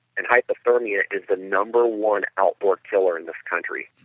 and hypothermia is the number one outdoor killer in this country.